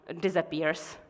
disappears